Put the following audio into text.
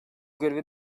görevi